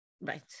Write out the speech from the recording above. right